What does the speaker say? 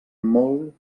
molt